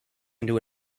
into